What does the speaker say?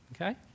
Okay